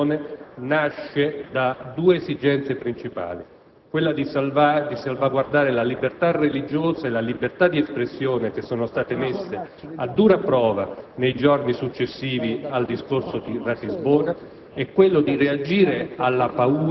Voglio soltanto dire che questa mozione nasce da due esigenze principali: salvaguardare la libertà religiosa e la libertà di espressione, che sono state messe a dura prova nei giorni successivi al discorso di Ratisbona;